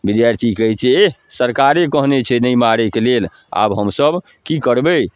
विद्यार्थिए कहै छै एह सरकारे कहने छै नहि मारैके लेल आब हमसभ कि करबै